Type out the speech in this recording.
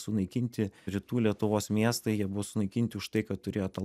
sunaikinti rytų lietuvos miestai jie buvo sunaikinti už tai kad turėjo tą